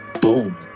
boom